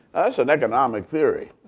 so an economic theory.